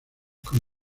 con